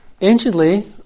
anciently